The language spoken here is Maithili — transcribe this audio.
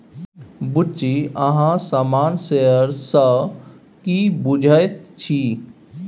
बुच्ची अहाँ सामान्य शेयर सँ की बुझैत छी?